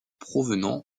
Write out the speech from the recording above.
provenant